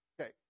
Okay